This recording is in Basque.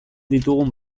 ditugun